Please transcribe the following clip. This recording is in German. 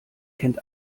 kennt